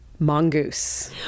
mongoose